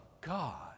God